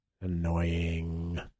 Annoying